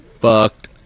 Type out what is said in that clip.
fucked